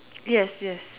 yes yes